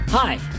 Hi